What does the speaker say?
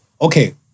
okay